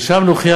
ושם נוכיח,